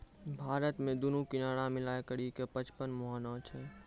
भारतो मे दुनू किनारा मिलाय करि के पचपन मुहाना छै